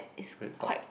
BreadTalk